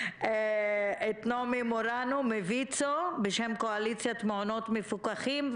נעמי מורנו מוויצו בשם קואליציית מעונות מפוקחים.